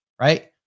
Right